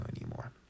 anymore